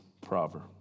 proverb